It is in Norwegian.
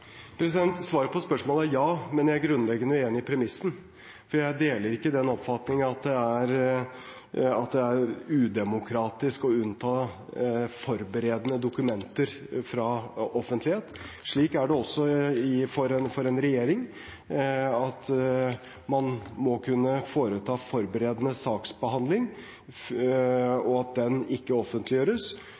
Svaret på spørsmålet er ja, men jeg er grunnleggende uenig i premissen. Jeg deler ikke den oppfatning at det er udemokratisk å unnta forberedende dokumenter fra offentlighet. Slik er det også for en regjering, at man må kunne foreta forberedende saksbehandling, og at den ikke offentliggjøres.